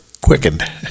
quickened